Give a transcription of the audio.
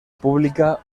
pública